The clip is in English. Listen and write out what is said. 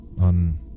on